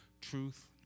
truth